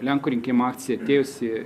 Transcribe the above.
lenkų rinkimų akcija atėjusi